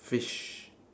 fish